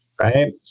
Right